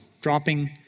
dropping